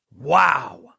Wow